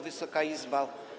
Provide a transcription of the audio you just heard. Wysoka Izbo!